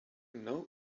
know